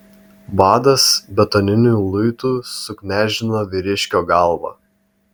vadas betoniniu luitu suknežino vyriškio galvą